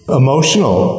emotional